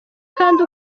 kandi